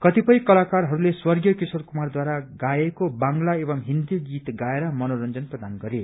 कतिपय कलाकारहरूले स्वर्गीय किशोर कुमारद्वारा गाएको बंगला एवं हिन्दी गीत गाएर मनोरंजन प्रदान गरे